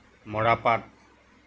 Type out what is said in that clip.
মৰাপাট